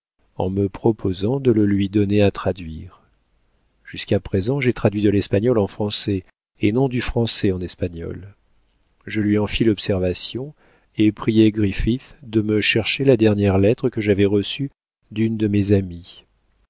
en me proposant de le lui donner à traduire jusqu'à présent j'ai traduit de l'espagnol en français et non du français en espagnol je lui en fis l'observation et priai griffith de me chercher la dernière lettre que j'avais reçue d'une de mes amies